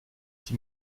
die